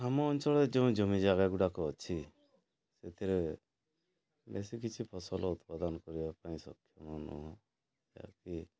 ଆମ ଅଞ୍ଚଳରେ ଯେଉଁ ଜମି ଜାଗା ଗୁଡ଼ାକ ଅଛି ସେଥିରେ ବେଶୀ କିଛି ଫସଲ ଉତ୍ପାଦନ କରିବା ପାଇଁ ସକ୍ଷମ ନୁହଁ ଯେକି